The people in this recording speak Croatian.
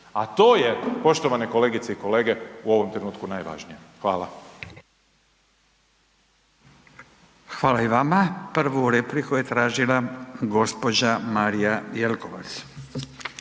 A to je, poštovane kolegice i kolege, u ovom trenutku najvažnije. Hvala. **Radin, Furio (Nezavisni)** Hvala i vama. Prvu repliku je tražila g. Marija Jelkovac.